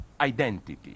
identity